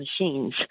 machines